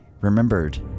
remembered